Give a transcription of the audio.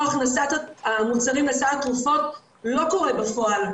הכנסת המוצרים לסל התרופות לא קורה בפועל.